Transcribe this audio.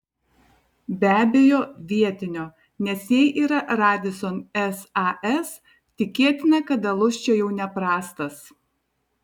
be abejo vietinio nes jei yra radisson sas tikėtina kad alus čia jau neprastas